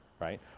right